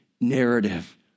narrative